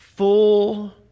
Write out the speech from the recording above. Full